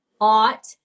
ought